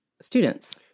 students